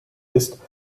ist